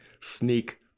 sneak